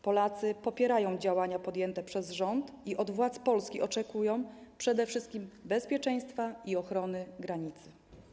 Polacy popierają działania podjęte przez rząd i od władz Polski oczekują przede wszystkim bezpieczeństwa i ochrony granicy.